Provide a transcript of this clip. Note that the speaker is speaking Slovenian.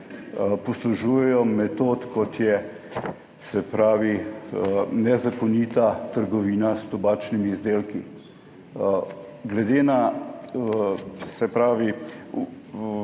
poslužujejo metod, kot je nezakonita trgovina s tobačnimi izdelki. Glede na te primere